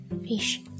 Fish